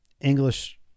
English